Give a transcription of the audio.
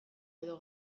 edo